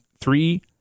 three